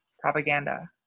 propaganda